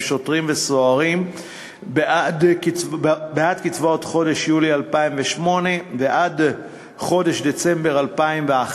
שוטרים וסוהרים בעד קצבאות חודש יולי 2008 ועד חודש דצמבר 2011,